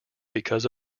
because